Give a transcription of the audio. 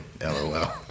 LOL